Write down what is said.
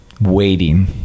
waiting